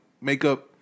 makeup